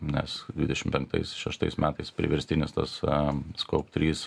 nes dvidešimt penktais šeštais metais priverstinis tas am skoup trys